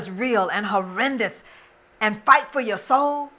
is real and horrendous and fight for your s